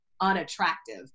unattractive